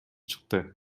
чыкты